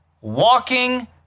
walking